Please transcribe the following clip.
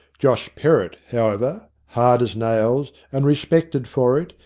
josh perrott, however, hard as nails and respected for it,